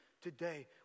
today